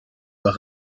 par